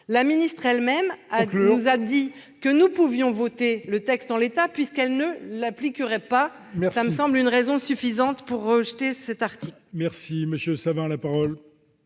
la ministre nous a elle-même dit que nous pouvions voter le texte en l'état, puisqu'elle ne l'appliquerait pas. Cela me semble une raison suffisante pour rejeter l'article